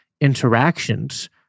interactions